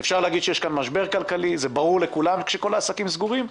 אפשר להגיד שיש כאן משבר כלכלי זה ברור לכולם כשכל העסקים סגורים,